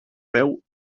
peu